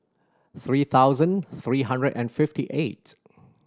three thousand three hundred and fifty eight